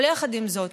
אבל יחד עם זאת,